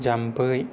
जामफै